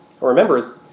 Remember